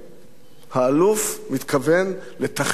האלוף מתכוון לתחקר את האירוע הזה.